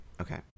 Okay